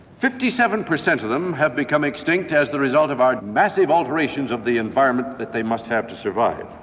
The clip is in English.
fifty seven percent of them have become extinct as the result of our massive alterations of the environment that they must have to survive